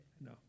no